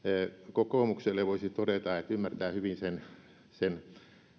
kokoomukselle voisi todeta että ymmärtää hyvin sen sen